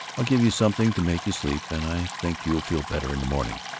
i'll give you something to make you sleep, and i think you'll feel better in the morning.